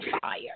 fire